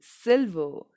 silver